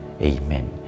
Amen